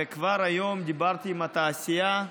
וכבר היום דיברתי עם התעשייה,